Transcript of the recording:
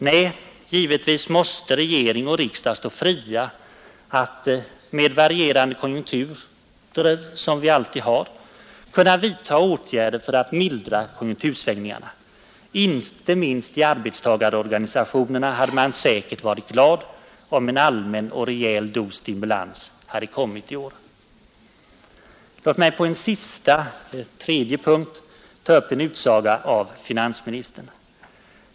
Nej, givetvis måste regering och riksdag stå fria att — med de varierande konjunkturer vi alltid har — kunna vidta åtgärder för att mildra konjunktursvängningarna. Inte minst i arbetstagarorganisationerna hade man säkert varit glad, om en allmän och rejäl dos stimulans hade kommit i år. Låt mig på en tredje punkt ta upp en utsaga av finansministern.